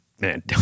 man